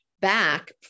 back